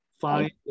find